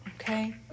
okay